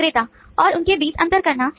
विक्रेता और उनके बीच अंतर करना